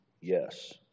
Yes